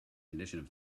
conditions